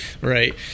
Right